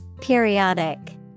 Periodic